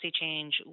change